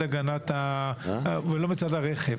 הרכב.